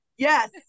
Yes